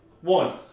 One